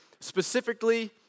specifically